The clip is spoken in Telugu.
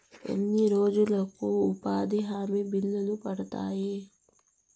ఎన్ని రోజులకు ఉపాధి హామీ బిల్లులు పడతాయి?